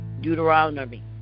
Deuteronomy